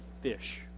fish